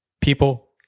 People